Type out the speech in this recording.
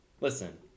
listen